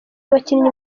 abakinnyi